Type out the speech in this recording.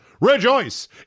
rejoice